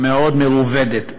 מאוד מרובדת,